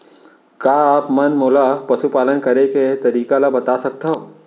का आप मन मोला पशुपालन करे के तरीका ल बता सकथव?